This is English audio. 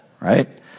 right